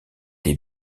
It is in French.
des